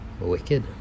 wicked